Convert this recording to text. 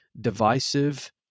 divisive